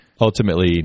Ultimately